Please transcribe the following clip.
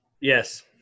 Yes